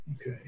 Okay